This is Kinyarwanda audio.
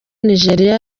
nigeria